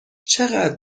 چقدر